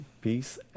Peace